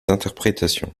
interprétations